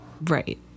Right